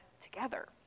together